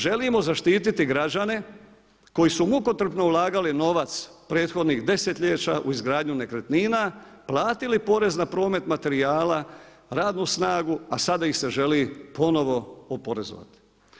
Želimo zaštiti građane koji su mukotrpno ulagali novac prethodnih desetljeća u izgradnju nekretnina, platili porez na promet materijala, radnu snagu a sada ih se želi ponovno oporezovati.